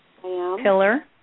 pillar